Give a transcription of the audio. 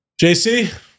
JC